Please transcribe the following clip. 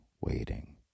waiting